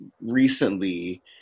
recently